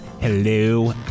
Hello